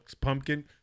pumpkin